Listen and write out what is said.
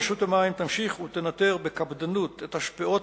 רשות המים תמשיך ותנטר בקפדנות את השפעות